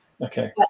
Okay